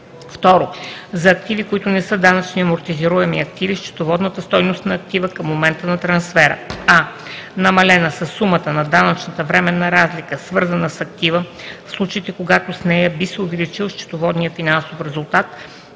2. за активи, които не са данъчни амортизируеми активи –счетоводната стойност на актива към момента на трансфера: а) намалена със сумата на данъчната временна разлика, свързана с актива, в случаите, когато с нея би се увеличил счетоводният финансов резултат